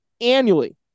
annually